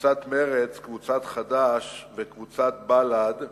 קבוצת מרצ, קבוצת חד"ש וקבוצת בל"ד,